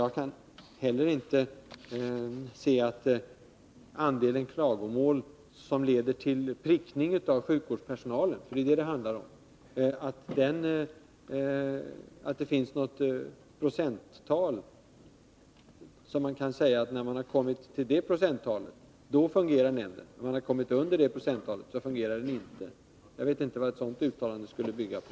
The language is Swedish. Jag kan heller inte säga att när andelen klagomål som leder till prickning av sjukvårdspersonalen — för det är det som det handlar om — uppgår till ett visst procenttal, då fungerar nämnden, men när denna andel ligger under detta procenttal, då fungerar den inte. Jag förstår inte vad ett sådant uttalande skulle bygga på.